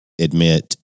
admit